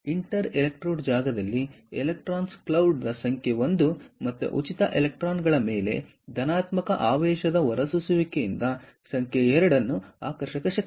inter electrode ಜಾಗದಲ್ಲಿ electron ಕ್ಲೌಡ್ದ ಸಂಖ್ಯೆ 1 ಮತ್ತು ಉಚಿತ ಎಲೆಕ್ಟ್ರಾನ್ ಗಳ ಮೇಲೆ ಧನಾತ್ಮಕ ಆವೇಶದ ಹೊರಸೂಸುವಿಕೆಯಿಂದ ಸಂಖ್ಯೆ 2 ಆಕರ್ಷಕ ಶಕ್ತಿ